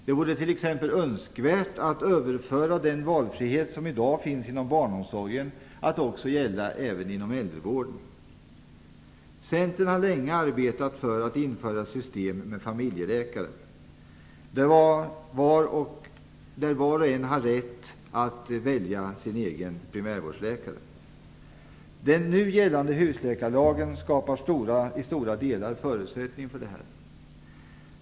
Det vore t.ex. önskvärt att överföra den valfrihet som i dag finns inom barnomsorgen att gälla även äldrevården. Centern har länge arbetat för att införa ett system med familjeläkare, där var och en har rätt att välja egen primärvårdsläkare. Den nu gällande husläkarlagen skapar till stora delar förutsättningar för detta.